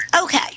okay